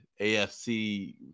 AFC